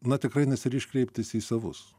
na tikrai nesiryš kreiptis į savus